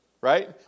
right